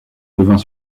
devint